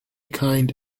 kind